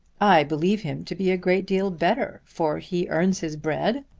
i believe him to be a great deal better, for he earns his bread,